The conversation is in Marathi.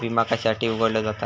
विमा कशासाठी उघडलो जाता?